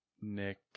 Nick